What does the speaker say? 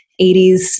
80s